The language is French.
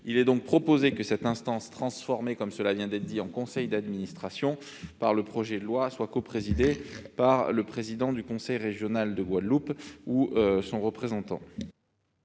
Il est donc proposé que cette instance, transformée en conseil d'administration par le projet de loi, soit coprésidée par le président du conseil régional de Guadeloupe ou son représentant.